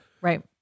Right